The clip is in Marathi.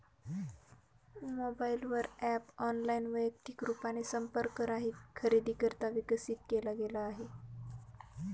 मोबाईल वर ॲप ऑनलाइन, वैयक्तिक रूपाने संपर्क रहित खरेदीकरिता विकसित केला गेला आहे